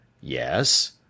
Yes